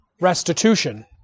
restitution